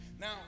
Now